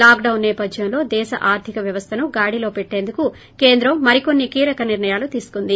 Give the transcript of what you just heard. lockdown నేపద్యంలో దేశ ఆర్లిక వ్యవస్థను గాడిలో పెట్లేందుకు కేంద్రం మరి కొన్ని కీలక నిర్ణయాలు తీసుకుంది